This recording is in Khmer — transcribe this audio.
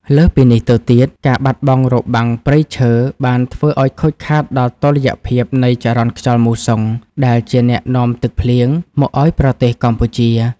លើសពីនេះទៅទៀត ការបាត់បង់របាំងព្រៃឈើបានធ្វើឱ្យខូចខាតដល់តុល្យភាពនៃចរន្តខ្យល់មូសុង ដែលជាអ្នកនាំទឹកភ្លៀងមកឱ្យប្រទេសកម្ពុជា។